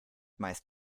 meist